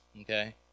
Okay